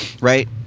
right